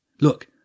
Look